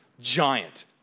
Giant